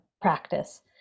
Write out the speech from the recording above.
practice